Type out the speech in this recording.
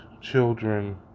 children